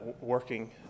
working